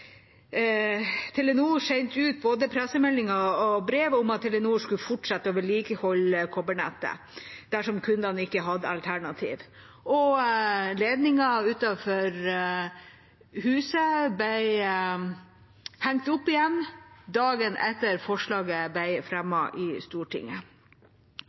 Telenor sendte ut både pressemeldinger og brev om at de skulle fortsette å vedlikeholde kobbernettet dersom kundene ikke hadde et alternativ. Ledningen utenfor huset ble hengt opp igjen dagen etter at forslaget ble fremmet i Stortinget.